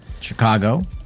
Chicago